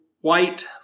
white